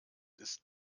ist